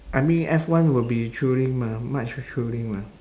I mean F one will be thrilling mah much thrilling mah